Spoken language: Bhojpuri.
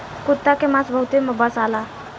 कुता के मांस बहुते बासाला